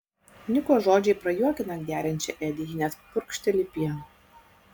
niko žodžiai prajuokina geriančią edi ji net purkšteli pienu